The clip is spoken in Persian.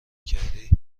کردی